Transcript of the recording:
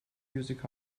music